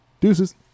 Deuces